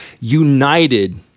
united